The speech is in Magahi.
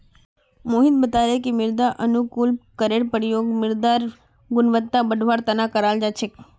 मोहित बताले कि मृदा अनुकूलककेर प्रयोग मृदारेर गुणवत्ताक बढ़वार तना कराल जा छेक